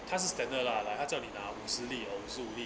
它是 standard lah like 它叫你拿五十粒 or 五十五粒